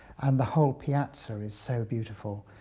and the whole piazza so is so beautiful.